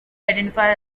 identified